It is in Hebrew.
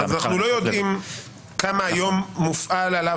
אז אנחנו לא יודעים כמה היום מופעל עליו